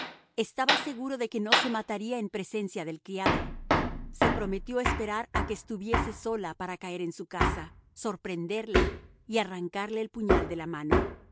estaba seguro de que no se mataría en presencia del criado se prometió esperar a que estuviese sola para caer en su casa sorprenderla y arrancarle el puñal de la mano